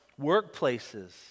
workplaces